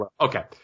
Okay